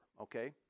Okay